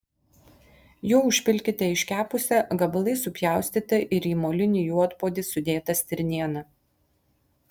juo užpilkite iškepusią gabalais supjaustytą ir į molinį juodpuodį sudėtą stirnieną